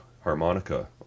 harmonica